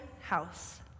House